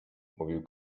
mówił